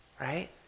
right